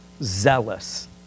zealous